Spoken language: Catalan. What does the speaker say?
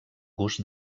gust